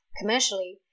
Commercially